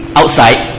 outside